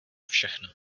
všechno